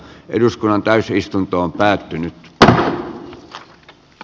eduskunnan täysistuntoon päätynyt b c d